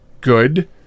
Good